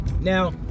Now